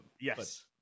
yes